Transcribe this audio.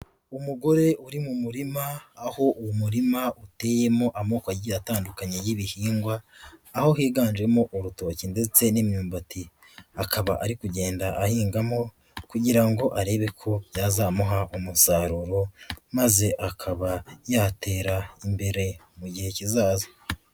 Umugore uri mu murima aho uwo murima uteyemo amoko agiye atandukanye y'ibihingwa aho higanjemo urutoki ndetse n'imyumbati, akaba ari kugenda ahingamo kugira ngo arebe ko byazamuha umusaruro maze akaba yatera imbere mu gihe kizaza.